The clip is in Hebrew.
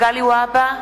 מגלי והבה,